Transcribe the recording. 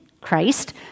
Christ